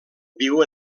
viu